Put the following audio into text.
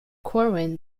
corwin